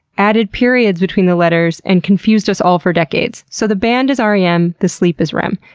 added periods between the letters, and confused us all for decades. so the band is r e m, the sleep is rem.